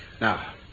Now